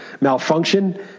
malfunction